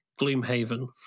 Gloomhaven